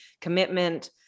commitment